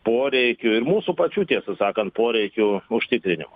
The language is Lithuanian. poreikių ir mūsų pačių tiesą sakant poreikių užtikrinimo